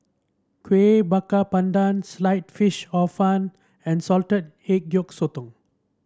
Kueh Bakar Pandan Sliced Fish Hor Fun and Salted Egg Yolk Sotong